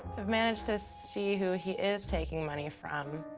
i've managed to see who he is taking money from.